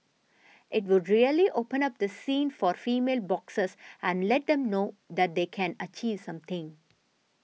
it would really open up the scene for female boxers and let them know that they can achieve something